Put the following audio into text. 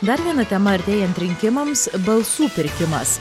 dar viena tema artėjant rinkimams balsų pirkimas